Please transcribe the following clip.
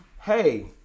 hey